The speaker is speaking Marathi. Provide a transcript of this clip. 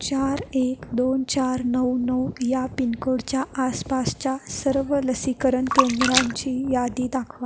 चार एक दोन चार नऊ नऊ या पिनकोडच्या आसपासच्या सर्व लसीकरण केंद्रांची यादी दाखवा